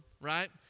right